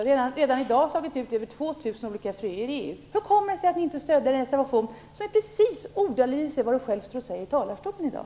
Det har redan i dag slagit ut över 2 000 olika fröer i EU. Hur kommer det sig att kds inte stödde en reservation som hade exakt samma ordalydelse som Tuve Skånbergs eget anförande från talarstolen i dag?